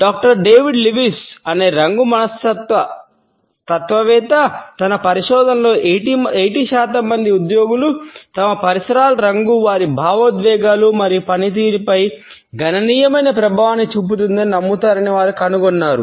doctor David Lewis అనే రంగు మనస్తత్వవేత్త తన పరిశోధనలో 80 శాతం మంది ఉద్యోగులు తమ పరిసరాల రంగు వారి భావోద్వేగాలు మరియు పనితీరుపై గణనీయమైన ప్రభావాన్ని చూపుతుందని నమ్ముతారని వారు కనుగొన్నారు